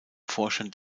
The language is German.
vorstand